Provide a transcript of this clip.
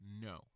no